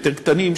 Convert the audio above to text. יותר קטנים,